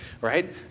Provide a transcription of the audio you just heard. right